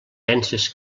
penses